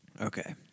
Okay